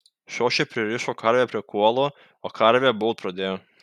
šošė pririšo karvę prie kuolo o karvė baubt pradėjo